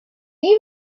you